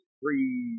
free